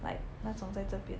like 那种在这边